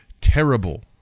terrible